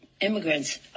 immigrants